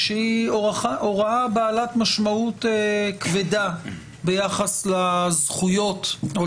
שהיא הוראה בעלת משמעות כבדה ביחס לזכויות או